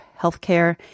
healthcare